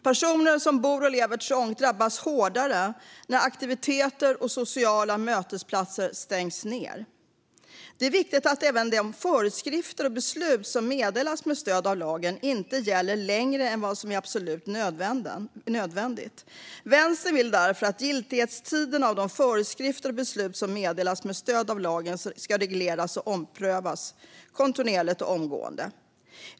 Personer som bor och lever trångt drabbas hårdare när aktiviteter och sociala mötesplatser stängs ned. Det är viktigt att även de föreskrifter och beslut som meddelas med stöd av lagen inte gäller längre än vad som är absolut nödvändigt. Vänstern vill därför att giltighetstiden för de föreskrifter och beslut som meddelas med stöd av lagen ska regleras och omprövas kontinuerligt och omgående.